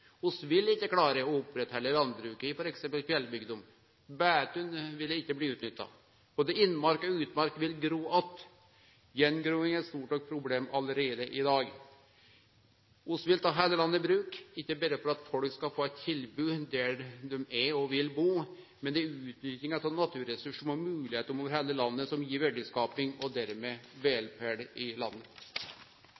ikkje klare å oppretthalde landbruket i f.eks. fjellbygdene, beita ville ikkje bli utnytta. Både innmark og utmark ville gro att. Attgroing er eit stort nok problem allereie i dag. Vi vil ta heile landet i bruk, ikkje berre for at folk skal få eit tilbod der dei er og vil bu, men det er utnyttinga av naturressursane og moglegheitene over heile landet som gir verdiskaping og dermed